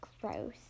Gross